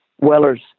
Weller's